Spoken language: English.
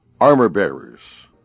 armor-bearers